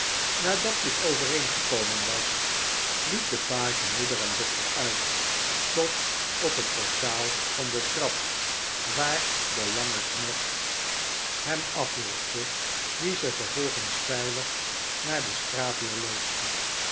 nadat dit overeengekomen was liet de page moeder en dochter uit tot op het portaal van de trap waar de lange knecht hem afloste die ze vervolgens veilig naar de straatdeur